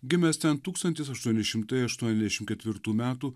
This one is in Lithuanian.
gimęs ten tūkstantis aštuoni šimtai aštuoniasdešimt ketvirtų metų